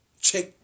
check